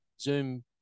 Zoom